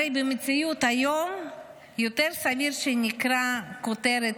הרי במציאות היום יותר סביר שנקרא כותרת